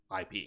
ip